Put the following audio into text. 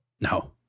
No